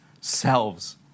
selves